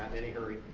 any hurry.